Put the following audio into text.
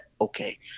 okay